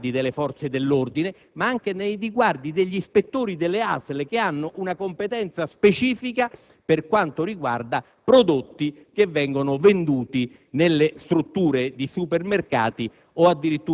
nei riguardi delle forze dell'ordine, ma anche degli ispettori delle ASL, che hanno una competenza specifica per quanto riguarda prodotti che vengono venduti in strutture come i supermercati o,